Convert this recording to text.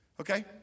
Okay